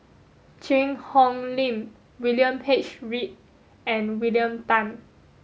Cheang Hong Lim William H Read and William Tan